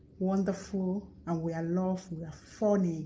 wonderful, and we are loved, we are funny